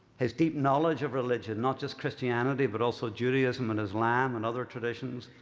his deep knowledge of religion, not just christianity, but also judaism and islam and other traditions,